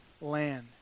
land